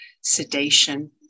sedation